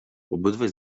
obydwaj